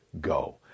go